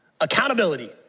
Accountability